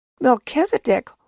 Melchizedek